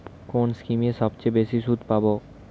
কোন স্কিমে সবচেয়ে বেশি সুদ পাব?